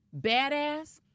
badass